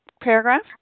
paragraph